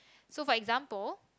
so for example